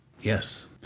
Yes